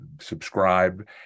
subscribe